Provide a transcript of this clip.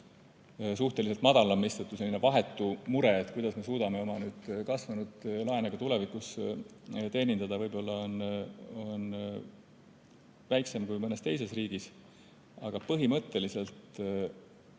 suhteliselt madal, mistõttu selline vahetu mure, et kuidas me suudame oma kasvanud laene tulevikus teenindada, on võib-olla väiksem kui mõnes teises riigis. Aga põhimõtteliselt